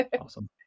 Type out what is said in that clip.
Awesome